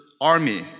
army